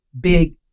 big